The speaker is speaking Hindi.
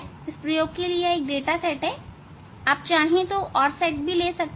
यह प्रयोग के लिए एक डाटा सेट है आप और सेट भी ले सकते हैं